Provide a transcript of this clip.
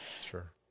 sure